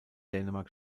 dänemark